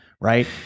right